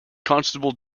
constable